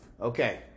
Okay